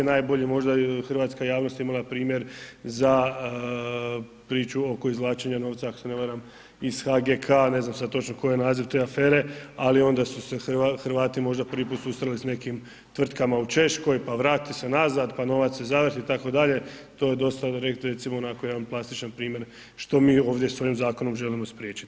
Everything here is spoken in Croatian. Najbolji je možda hrvatska javnost imala primjer za priču oko izvlačenja novca ako se ne varam iz HGK ne znam sad točno koji je naziv te afere, ali onda su se Hrvati možda prvi put susreli s nekim tvrtkama u Češkoj, pa vrati se nazad, pa novac se zavrti itd., to je dosta recimo onako jedan plastičan primjer što mi ovdje s ovim zakonom želimo spriječiti.